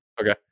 Okay